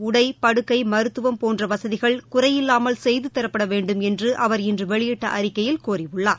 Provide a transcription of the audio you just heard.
உடை படுக்கை மருத்துவம் போன்றவசதிகள் குறையில்லாமல் செய்துதரப்படவேண்டும் என்றுஅவர் இன்றுவெளியிட்டஅறிக்கையில் கோரியுள்ளார்